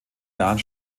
jahren